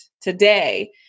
today